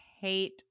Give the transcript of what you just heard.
hate